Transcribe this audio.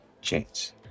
Chance